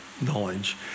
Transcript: knowledge